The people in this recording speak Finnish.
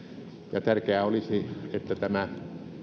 tärkeää olisi että tämä